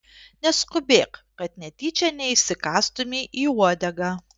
neskubėk kad netyčia neįsikąstumei į uodegą